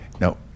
No